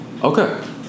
Okay